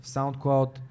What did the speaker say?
SoundCloud